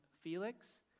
Felix